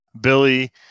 Billy